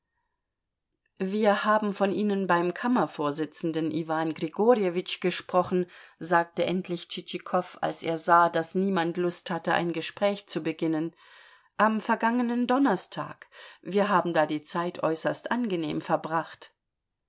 wir haben von ihnen beim kammervorsitzenden iwan grigorjewitsch gesprochen sagte endlich tschitschikow als er sah daß niemand lust hatte ein gespräch zu beginnen am vergangenen donnerstag wir haben da die zeit äußerst angenehm verbracht